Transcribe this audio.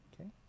Okay